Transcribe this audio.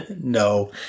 no